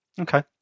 okay